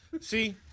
See